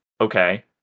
Okay